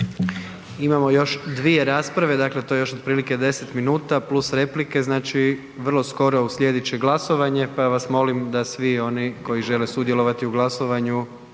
Imamo još 2 rasprave, dakle to je još otprilike 10 minuta + replike, znači vrlo skoro uslijedit će glasovanje, pa vas molim da svi oni koji žele sudjelovati u glasovanju